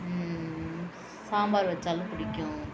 சாம்பார் வச்சாலும் பிடிக்கும்